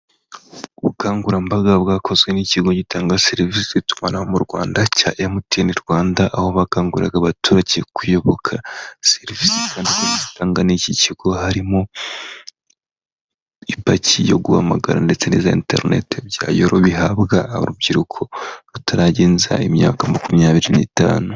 Ubukangurambaga bwakozwe n'ikigo gitanga serivisi z'itumanaho mu Rwanda cya MTN Rwanda, aho bakanguriraga abaturage kuyoboka serivisi zitanga n'iki kigo harimo ipaki yo guhamagara ndetse n'iza interineti bya yoro bihabwa urubyiruko rutaragenza imyaka makumyabiri n'itanu.